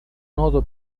noto